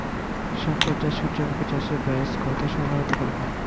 শংকর জাত সূর্যমুখী চাসে ব্যাস কত সময় হতে পারে?